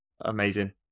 amazing